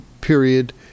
period